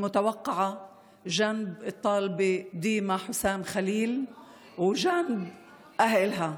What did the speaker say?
המובנת והמצופה לצד הסטודנטית דימה חוסאם ח'ליל ולצד הוריה.